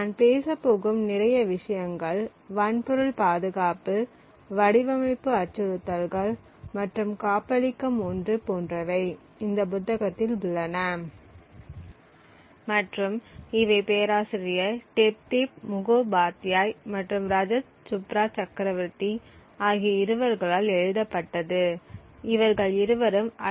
நான் பேசப்போகும் நிறைய விஷயங்கள் வன்பொருள் பாதுகாப்பு வடிவமைப்பு அச்சுறுத்தல்கள் மற்றும் காப்பளிக்கும் ஒன்று போன்றவை இந்த புத்தகத்தில் உள்ளன மற்றும் இவை பேராசிரியர் டெப்தீப் முகோபாத்யாய் மற்றும் ரஜத் சுப்ரா சக்ரவர்த்தி ஆகிய இருவர்களால் எழுதப்பட்டது இவர்கள் இருவரும் ஐ